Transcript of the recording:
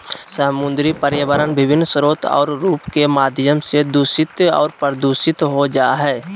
समुद्री पर्यावरण विभिन्न स्रोत और रूप के माध्यम से दूषित और प्रदूषित हो जाय हइ